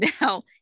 Now